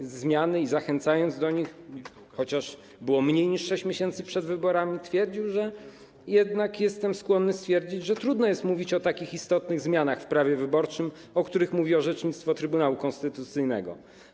zmiany i zachęcając do nich, chociaż było mniej niż 6 miesięcy przed wyborami, twierdził: Jednak jestem skłonny stwierdzić, że trudno jest mówić o takich istotnych zmianach w prawie wyborczym, o których mówi orzecznictwo Trybunału Konstytucyjnego.